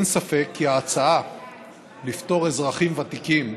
אין ספק כי ההצעה לפטור אזרחים ותיקים,